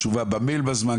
תשובה במייל בזמן,